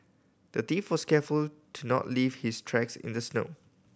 the thief was careful to not leave his tracks in the snow